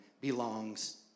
belongs